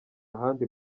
ahandi